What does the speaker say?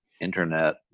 internet